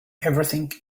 everything